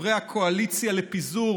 חברי הקואליציה לפיזור